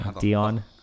Dion